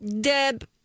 Deb